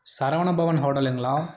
சரவண பவன் ஹோட்டலுங்களா